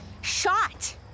shot